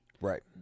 right